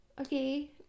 Okay